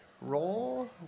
roll